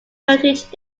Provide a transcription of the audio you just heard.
heritage